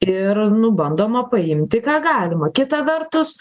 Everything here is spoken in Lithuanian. ir nu bandoma paimti ką galima kita vertus